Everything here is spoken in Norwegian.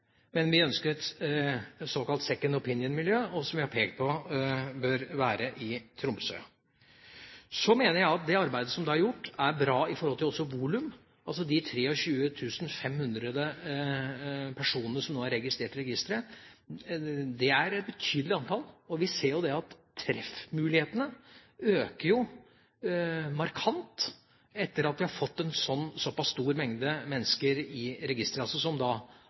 Men vi ønsker et såkalt second opinion-miljø, som vi har pekt på bør være i Tromsø. Jeg mener at det arbeidet som er gjort, er bra, også i forhold til volum. Altså: De 23 500 personene som nå er i registeret, er et betydelig antall, og vi ser jo at treffmulighetene øker markant etter at vi har fått registrert såpass mange mennesker som har begått straffbare handlinger som kvalifiserer for å komme i registeret. Det